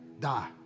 die